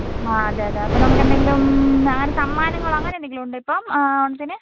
ആ അതെ അതെ അപ്പം നമുക്ക് എന്തെങ്കിലും അങ്ങനെ സമ്മാനങ്ങളോ അങ്ങനെ എന്തെങ്കിലും ഉണ്ടോ ഇപ്പം ഓണത്തിന്